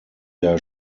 der